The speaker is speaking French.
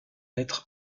être